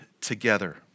together